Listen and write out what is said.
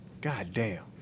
Goddamn